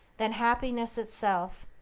than happiness itself,